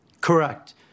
Correct